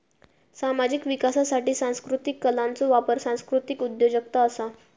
सामाजिक विकासासाठी सांस्कृतीक कलांचो वापर सांस्कृतीक उद्योजगता असा